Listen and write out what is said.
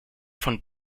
von